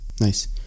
Nice